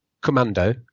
Commando